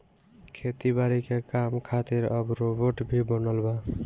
खेती बारी के काम खातिर अब रोबोट भी बनल बा